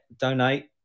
donate